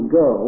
go